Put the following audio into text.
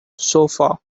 sofa